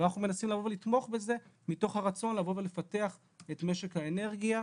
אבל אנחנו מנסים לבוא ולתמוך בזה מתוך הרצון לבוא ולפתח את משק האנרגיה,